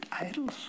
idols